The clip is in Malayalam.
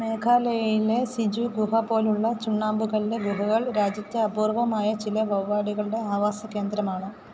മേഘാലയയിലെ സിജൂ ഗുഹ പോലുള്ള ചുണ്ണാമ്പുകല്ല് ഗുഹകൾ രാജ്യത്തെ അപൂർവമായ ചില വവ്വാലുകളുടെ ആവാസ കേന്ദ്രമാണ്